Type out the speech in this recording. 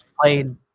played